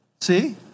See